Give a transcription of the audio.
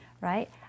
right